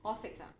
hall six ah